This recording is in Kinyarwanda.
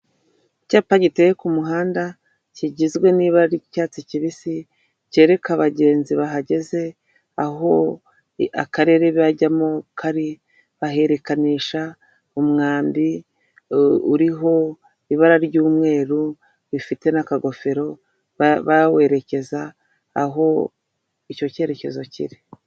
Icyapa giteye ku muhanda, kigizwe n'ibara ry'icyatsi kibisi, cyereka abagenzi bahagaze aho akarere bajyamo kari, baherekanisha umwambi uriho ibara ry'umweru, rifite n'akagofero, bawerekeza aho icyo cyerekezo kiri.